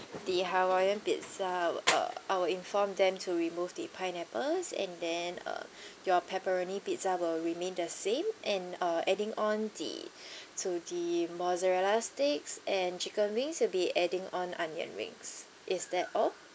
the hawaiian pizza uh I will inform them to remove the pineapples and then uh your pepperoni pizza will remain the same and uh adding on the to the mozzarella sticks and chicken wings will be adding on onion rings is that all